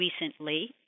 recently